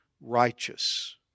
righteous